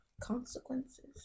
Consequences